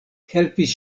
helpis